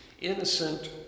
innocent